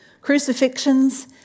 crucifixions